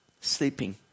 sleeping